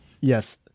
Yes